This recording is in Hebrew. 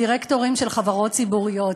בדירקטורים של חברות ציבוריות.